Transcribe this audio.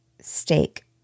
steak